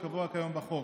שקבוע כיום בחוק.